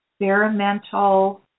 experimental